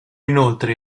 inoltre